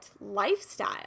lifestyle